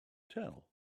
tell